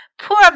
Poor